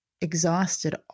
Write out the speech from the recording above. exhausted